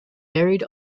buried